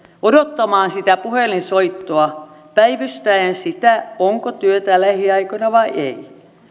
odottamaan sitä puhelinsoittoa päivystäen sitä onko työtä lähiaikoina vai ei